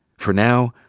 for now,